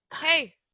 Hey